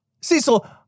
Cecil